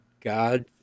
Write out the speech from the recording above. God